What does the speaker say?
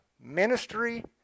Ministry